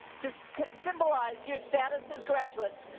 to symbolize your status as graduates,